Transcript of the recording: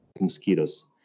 mosquitoes